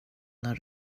när